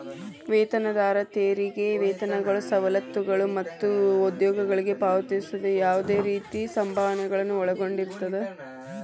ವೇತನದಾರ ತೆರಿಗೆ ವೇತನಗಳು ಸವಲತ್ತುಗಳು ಮತ್ತ ಉದ್ಯೋಗಿಗಳಿಗೆ ಪಾವತಿಸುವ ಯಾವ್ದ್ ರೇತಿ ಸಂಭಾವನೆಗಳನ್ನ ಒಳಗೊಂಡಿರ್ತದ